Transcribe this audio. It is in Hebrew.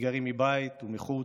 אתגרים מבית ומחוץ.